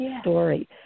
story